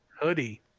hoodie